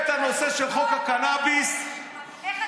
את הנושא של חוק הקנביס, איך,